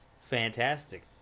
fantastic